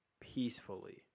peacefully